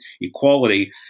equality